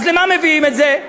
אז למה מביאים את זה?